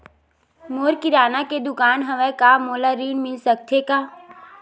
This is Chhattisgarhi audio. मोर किराना के दुकान हवय का मोला ऋण मिल सकथे का?